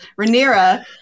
Rhaenyra